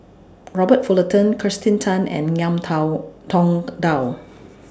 Robert Fullerton Kirsten Tan and Ngiam Tao Tong Dow